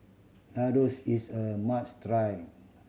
ladoos is a must try